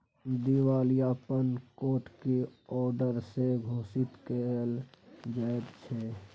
दिवालियापन कोट के औडर से घोषित कएल जाइत छइ